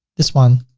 this one,